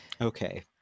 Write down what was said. okay